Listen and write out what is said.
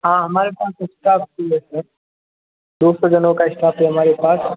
हाँ हमारे पास स्टाफ पूरे है दो सौ जनों का स्टाफ है हमारे पास